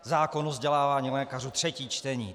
Zákon o vzdělávání lékařů, třetí čtení!